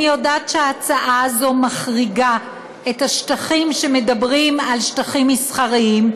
אני יודעת שההצעה הזאת מחריגה את השטחים שהם שטחים מסחריים,